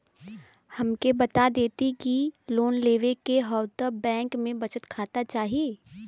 हमके बता देती की लोन लेवे के हव त बैंक में बचत खाता चाही?